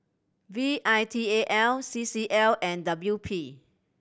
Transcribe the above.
V I T A L C C L and W P